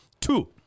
Two